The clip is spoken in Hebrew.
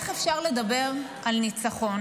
איך אפשר לדבר על ניצחון,